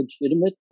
legitimate